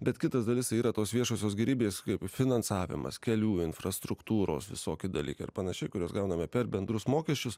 bet kitas dalis yra tos viešosios gėrybės kaip finansavimas kelių infrastruktūros visoki dalykai ir panašiai kuriuos gauname per bendrus mokesčius